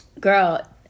Girl